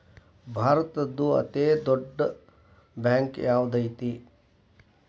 ಭಾರತದ್ದು ಅತೇ ದೊಡ್ಡ್ ಬ್ಯಾಂಕ್ ಯಾವ್ದದೈತಿ?